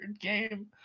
game